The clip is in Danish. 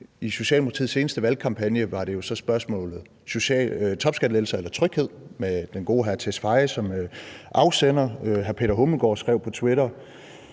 I Socialdemokratiets seneste valgkampagne var det jo så spørgsmålet »Topskattelettelser eller tryghed?« med den gode hr. Mattias Tesfaye som afsender. Hr. Peter Hummelgaard skrev på Twitter: